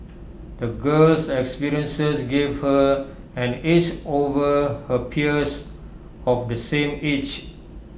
the girl's experiences gave her an edge over her peers of the same age